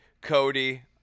Cody